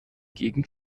gegend